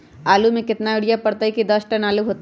आलु म केतना यूरिया परतई की दस टन आलु होतई?